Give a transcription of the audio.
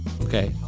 Okay